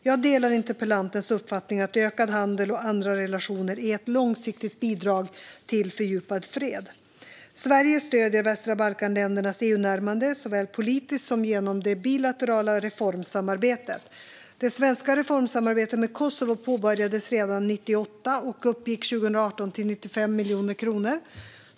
Jag delar interpellantens uppfattning att ökad handel och andra relationer är ett långsiktigt bidrag till fördjupad fred. Sverige stöder de västra Balkanländernas EU-närmande, såväl politiskt som genom det bilaterala reformsamarbetet. Det svenska reformsamarbetet med Kosovo påbörjades redan 1998 och uppgick 2018 till 95 miljoner kronor.